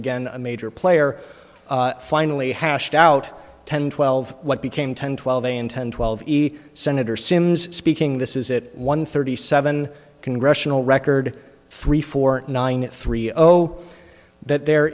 again a major player finally hashed out ten twelve what became ten twelve and ten twelve easy senator simms speaking this is it one thirty seven congressional record three four nine three zero zero that there